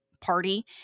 party